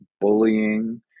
Bullying